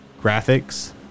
graphics